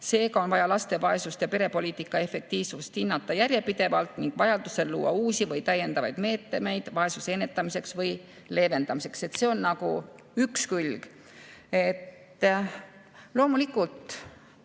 Seega on vaja laste vaesust ja perepoliitika efektiivsust hinnata järjepidevalt ning vajadusel luua uusi või täiendavaid meetmeid vaesuse ennetamiseks või leevendamiseks." See on nagu üks külg. Need ettepanekud,